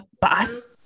Boss